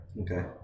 Okay